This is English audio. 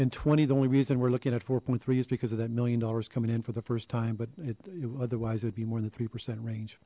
and twenty the only reason we're looking at four three is because of that million dollars coming in for the first time but it otherwise would be more than three percent range